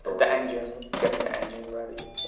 the engine, getting the engine ready.